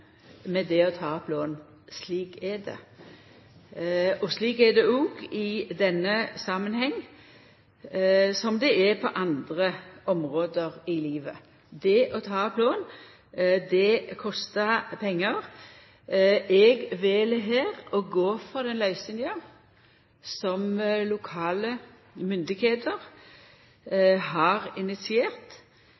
med det å ta opp lån – slik er det. Det er det òg i denne samanhengen, som på andre område i livet. Det å ta opp lån kostar pengar. Eg vel her å gå for den løysinga som lokale